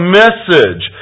message